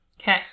Okay